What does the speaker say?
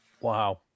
Wow